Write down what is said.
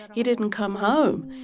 he didn't come home.